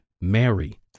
Mary